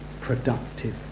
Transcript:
productive